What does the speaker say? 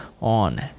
on